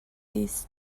this